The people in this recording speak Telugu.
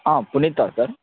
పునీతా సార్